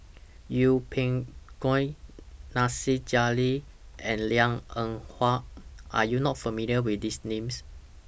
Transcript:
Yeng Pway Ngon Nasir Jalil and Liang Eng Hwa Are YOU not familiar with These Names